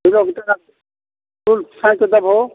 फुल छाँटि देबहो